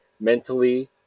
mentally